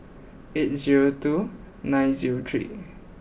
eight zero two nine zero three